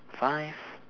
five